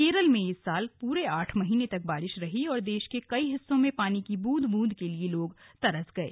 केरला में इस साल पूरे आठ महीने तक बारिश रही और देश के कई हिस्सों में पानी की ब्रंद बूंद के लिए लोग तरस गये